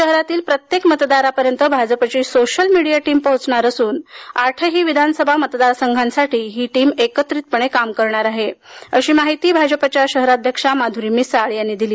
शहरातील प्रत्येक मतदारापर्यंत भाजपची सोशल मीडिया टीम पोचणार असून आठही विधानसभा मतदारसंघांसाठी ही टीम एकत्रित काम करणार आहे अशी माहिती भाजपच्या शहराध्यक्षा माधुरी मिसाळ यांनी दिली